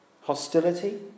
Hostility